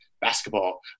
basketball